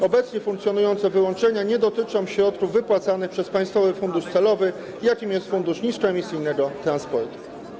Obecnie funkcjonujące wyłączenia nie dotyczą środków wypłacanych przez państwowy fundusz celowy, jakim jest Fundusz Niskoemisyjnego Transportu.